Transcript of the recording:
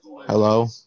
Hello